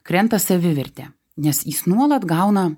krenta savivertė nes jis nuolat gauna